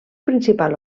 principal